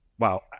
Wow